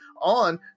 on